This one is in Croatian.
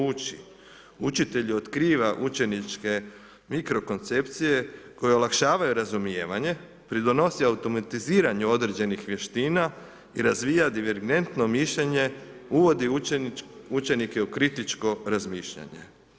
Učitelji otkriva učeničke mikrokoncepcije koje olakšavaju razumijevanja, pridonosi automatiziranju određenih vještina i razvija divergentno mišljenje, uvodi učenike u kritičko razmišljanje.